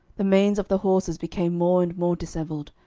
the manes of the horses became more and more dishevelled,